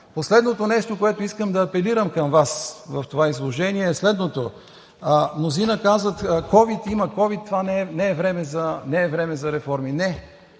Последното нещо, което искам да апелирам към Вас в това изложение, е следното. Мнозина казват: „Ковид има, това не е време за реформи!“ Не,